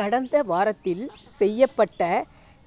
கடந்த வாரத்தில் செய்யப்பட்ட